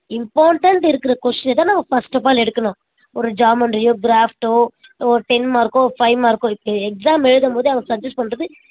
important இருக்கிற கோஸின்னை தான் நம்ம ஃபர்ஸ்டஃபால் எடுக்கணும் ஒரு ஜாமெண்ட்ரியோ கிராஃப்டோ இல்லை ஒரு டென் மார்க்கோ ஒரு ஃபைவ் மார்க்கோ இப்போ எக்ஸாம் எழுதும் போது அவன் சஜெஷ் பண்ணுறது